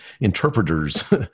interpreters